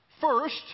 First